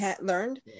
learned